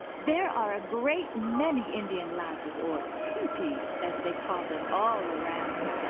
there are a great many indian lodges or teepees, as they call them, all around.